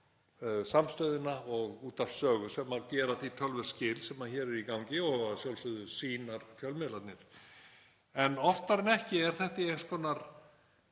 Samstöðuna og Útvarp Sögu sem gera því töluverð skil sem hér er í gangi og að sjálfsögðu Sýnarfjölmiðlarnir. En oftar en ekki er þetta í eins konar